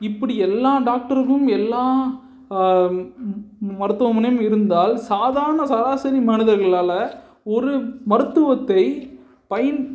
இப்படி எல்லா டாக்டருக்கும் எல்லா மருத்துவமனை இருந்தால் சாதாரண சராசரி மனிதர்களால் ஒரு மருத்துவத்தை பயன்